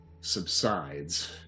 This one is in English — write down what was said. subsides